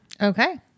Okay